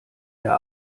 der